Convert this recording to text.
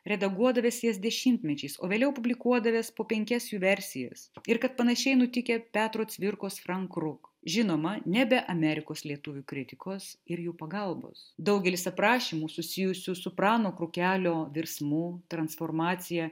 redaguodavęs jas dešimtmečiais o vėliau publikuodavęs po penkias jų versijas ir kad panašiai nutikę petro cvirkos frank kruk žinoma ne be amerikos lietuvių kritikos ir jų pagalbos daugelis aprašymų susijusių su prano krukelio virsmu transformacija